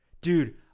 dude